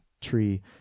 tree